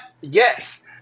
yes